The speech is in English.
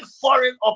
foreign